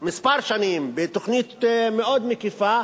כמה שנים, בתוכנית מאוד מקיפה,